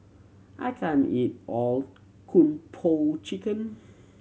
I can't eat all Kung Po Chicken